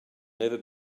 never